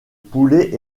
poulet